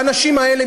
והאנשים האלה,